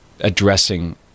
addressing